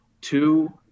two